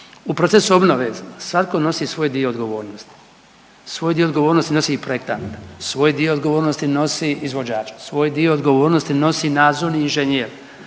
u procesu obnove svatko nosi svoj dio odgovornosti, svoj dio odgovornosti nosi i projektant, svoj dio odgovornosti nosi izvođač, svoj dio odgovornosti nosi nadzorni inženjer,